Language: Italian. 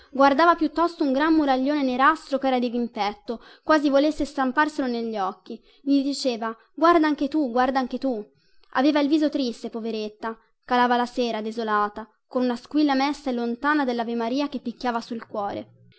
guardava piuttosto un gran muraglione nerastro chera dirimpetto quasi volesse stamparselo negli occhi gli diceva guarda anche tu anche tu aveva il viso triste poveretta calava la sera desolata con una squilla mesta e lontana dellavemaria che picchiava sul cuore